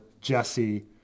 Jesse